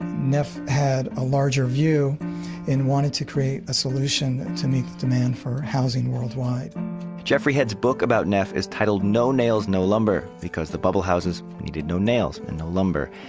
neff had a larger view and wanted to create a solution to meet the demand for housing worldwide jeffrey head's book about neff is titled no nails, no lumber because the bubble houses needed no nails and no lumber.